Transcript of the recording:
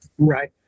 Right